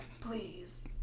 please